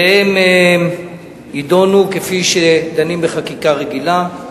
והן יידונו כפי שדנים בחקיקה רגילה.